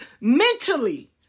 mentally